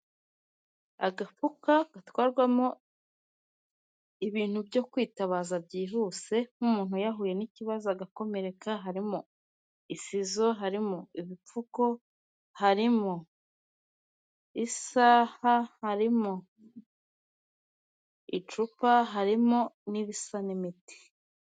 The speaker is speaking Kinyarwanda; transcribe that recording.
Agafuka gatwarwamo ibintu byo kwitabaza byihuse nk'umuntu yahuye n'ikibazo agakomereka, harimo isizo, harimo ibipfuko, harimo isaha, harimo icupa, harimo n'ibisa n'imiti.